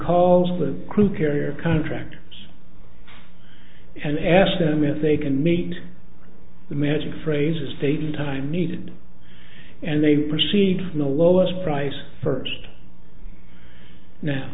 calls the crew carrier contractors and ask them if they can meet the magic phrase estate in time needed and they proceed from the lowest price first now